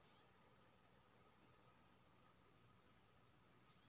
कम नमी हमर गंगराय आ सरसो पर की असर करतै?